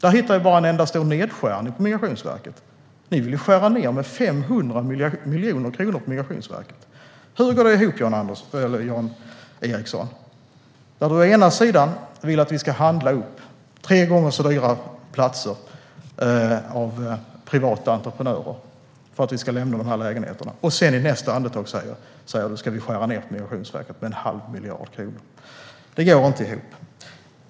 Där hittar jag bara en enda stor nedskärning på Migrationsverket. Ni vill ju skära ned med 500 miljoner kronor på Migrationsverket. Hur går det ihop, Jan Ericson, när du å ena sidan vill att vi ska lämna de hyrda lägenheterna och handla upp tre gånger så dyra platser av privata entreprenörer och å andra sidan säger att vi ska skära ned på Migrationsverket med en halv miljard kronor? Det går inte ihop.